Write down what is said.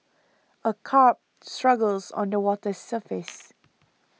a carp struggles on the water's surface